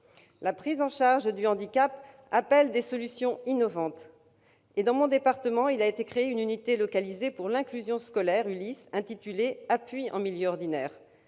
La prise en charge du handicap appelle des solutions innovantes. Dans mon département, il a été créé une unité localisée pour l'inclusion scolaire, une ULIS, intitulée « Appui en milieu ordinaire ».